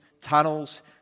tunnels